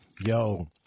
yo